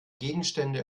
gegenstände